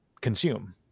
consume